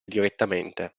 direttamente